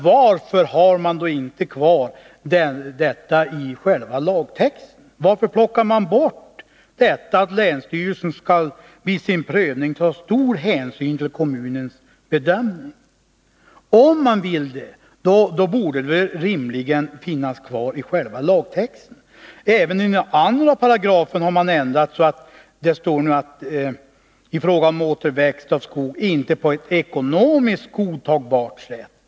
Varför har man inte kvar detta i lagtexten? Varför plockar man bort skrivningen att länsstyrelsen vid sin prövning skall ta stor hänsyn till kommunens bedömning? Om man vill att länsstyrelsen skall göra det, borde det finnas kvar i lagtexten. Man har ändrat även i 2 §. Där föreslår man att undantag får medges, om kravet i fråga om återväxt av skog inte kan tillgodoses ”på ett ekonomiskt godtagbart sätt”.